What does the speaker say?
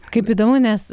kaip įdomu nes